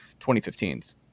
2015s